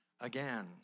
again